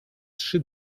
trzy